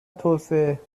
توسعه